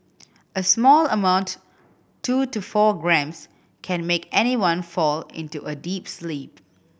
a small amount two to four grams can make anyone fall into a deep sleep